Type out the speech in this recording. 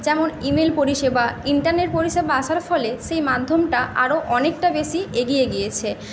যেমন ইমেল পরিষেবা ইন্টারনেট পরিষেবা আসার ফলে সেই মাধ্যমটা আরও অনেকটা বেশি এগিয়ে গিয়েছে